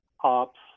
ops